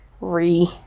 Re